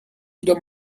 wieder